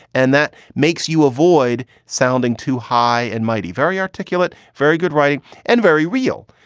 and that makes you avoid sounding too high and mighty, very articulate, very good writing and very real.